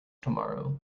tomorrow